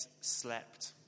slept